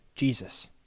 Jesus